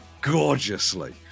gorgeously